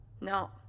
No